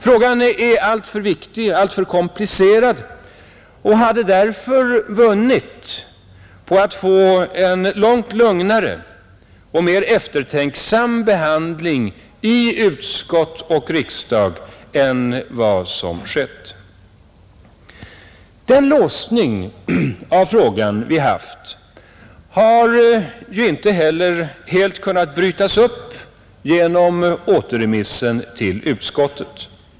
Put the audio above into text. Frågan är alltför viktig och alltför komplicerad och hade därför vunnit på att få en långt lugnare och mer eftertänksam behandling i utskott och riksdag än vad som skett. Den låsning av frågan vi haft har ju inte heller helt kunnat brytas upp genom återremissen till utskottet.